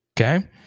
Okay